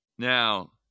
Now